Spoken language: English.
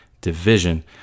division